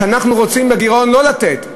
שאנחנו בגירעון לא רוצים לתת.